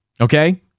Okay